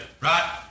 right